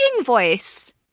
voice